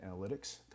analytics